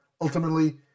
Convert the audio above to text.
ultimately